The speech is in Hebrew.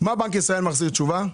מה בנק ישראל מחזיר תשובה?